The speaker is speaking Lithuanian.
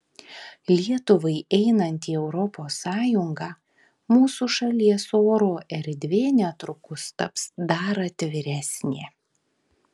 lietuvai einant į europos sąjungą mūsų šalies oro erdvė netrukus taps dar atviresnė